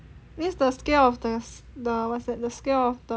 means the scale of the the what's that the scale of the